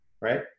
right